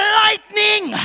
lightning